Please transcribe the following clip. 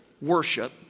worship